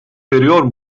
veriyor